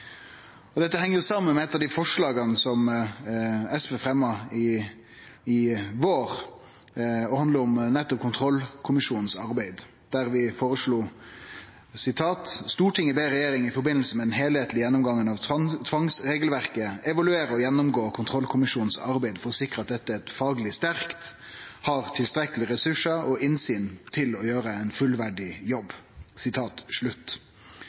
SV fremja i vår, og handlar om nettopp kontrollkommisjonens arbeid, der vi foreslo: «Stortinget ber regjeringen, i forbindelse med den helhetlige gjennomgangen av tvangsregelverket, evaluere og gjennomgå kontrollkommisjonens arbeid for å sikre at dette er faglig sterkt, har tilstrekkelige ressurser og innsyn til å gjøre en fullverdig jobb.»